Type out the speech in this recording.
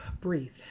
Breathe